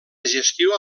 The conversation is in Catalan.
gestió